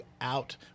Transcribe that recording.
out